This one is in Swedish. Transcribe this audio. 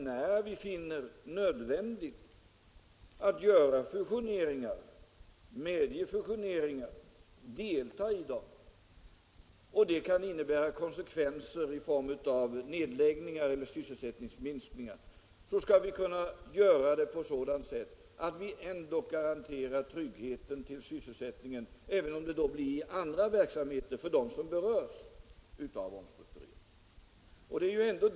När vi finner det nödvändigt att medge fusioneringar eller att delta i dem, skall vi kunna se till att de görs på ett sådant sätt att vi ändå garanterar tryggheten i sysselsättningen även om det blir annan verksamhet för dem som berörs av omstruktureringen.